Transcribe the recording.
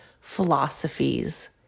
philosophies